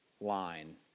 line